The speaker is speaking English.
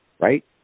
right